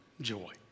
joy